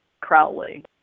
Crowley